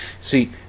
see